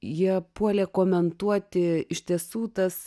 jie puolė komentuoti iš tiesų tas